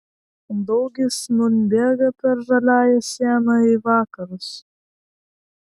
daugis nūn bėga per žaliąją sieną į vakarus